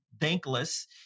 thankless